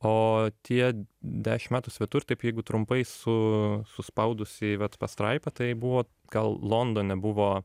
o tie dešim metų svetur taip jeigu trumpai su suspaudus į vat pastraipą tai buvo gal londone buvo